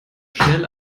schnell